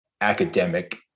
academic